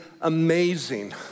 amazing